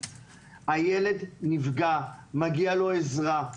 הילד נפגע, מגיעה לו עזרה.